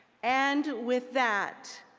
and with that,